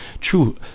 true